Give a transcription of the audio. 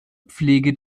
pflege